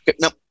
Nope